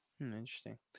Interesting